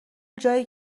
جایی